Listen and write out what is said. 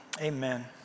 amen